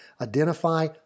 identify